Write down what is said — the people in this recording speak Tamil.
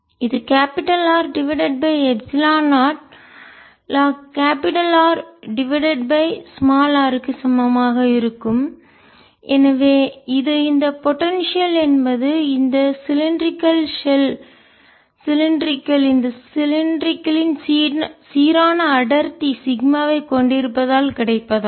இது capital R divided by epsilon naught log capital R divided by r க்கு சமமாக இருக்கும்எனவே இது இந்த பொடென்சியல் என்பது இந்த சிலிண்டரிகள் ஷெல் உருளை கலத்தின் சிலிண்டரிகள் இந்த சிலிண்டரிகள் சீரான அடர்த்தி சிக்மாவைக் கொண்டிருப்பதால் கிடைப்பதாகும்